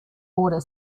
order